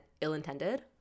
ill-intended